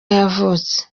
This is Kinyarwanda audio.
yavutse